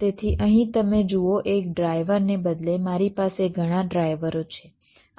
તેથી અહીં તમે જુઓ એક ડ્રાઈવર ને બદલે મારી પાસે ઘણા ડ્રાઈવરો છે